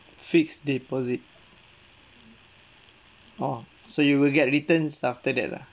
fixed deposit orh so you will get returns after that lah